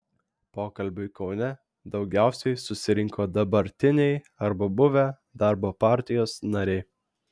pokalbiui kaune daugiausiai susirinko dabartiniai arba buvę darbo partijos nariai